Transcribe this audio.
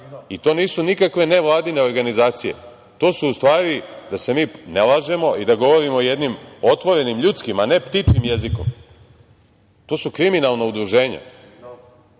To nisu nikakve nevladine organizacije, to su u stvari, da se mi ne lažemo, i da govorimo jednim otvorenim ljudskim, a ne ptičijim jezikom, to su kriminalna udruženja.